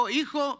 hijo